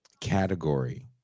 category